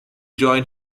join